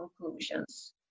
conclusions